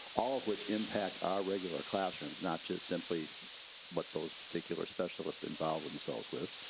all of which impact our regular classrooms not just simply what those particular specialists involve themselves with.